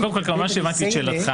קודם כול, כמובן הבנתי את שאלתך.